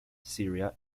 syria